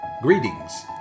Greetings